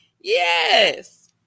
yes